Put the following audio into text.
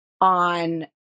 on